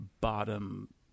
bottom